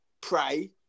Pray